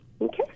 Okay